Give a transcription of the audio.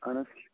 اَہَن حظ